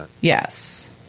Yes